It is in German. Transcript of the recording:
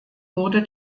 wurde